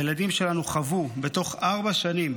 הילדים שלנו חוו בתוך ארבע שנים